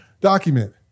document